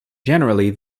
generally